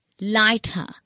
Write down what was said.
lighter